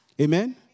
Amen